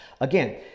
Again